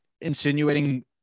insinuating